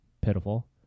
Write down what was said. pitiful